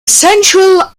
central